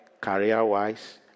career-wise